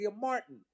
Martin